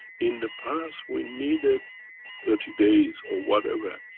in the past we needed thirty days or whatever,